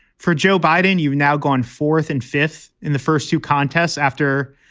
for joe biden. you've now gone fourth and fifth in the first two contests after,